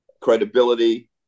credibility